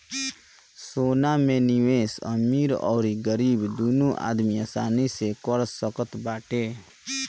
सोना में निवेश अमीर अउरी गरीब दूनो आदमी आसानी से कर सकत बाटे